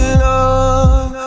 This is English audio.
love